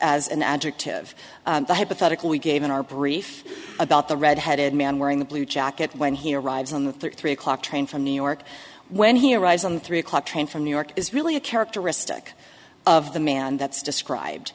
as an adjective the hypothetical we gave in our brief about the red headed man wearing the blue jacket when he arrives on the three o'clock train from new york when he arrives on the three o'clock train from new york is really a characteristic of the man that's described